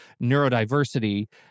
neurodiversity